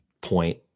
point